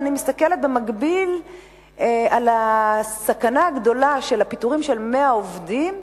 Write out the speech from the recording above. ואני מסתכלת במקביל על הסכנה הגדולה של פיטורים של 100 עובדים,